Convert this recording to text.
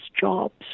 jobs